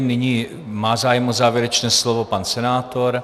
Nyní má zájem o závěrečné slovo pan senátor?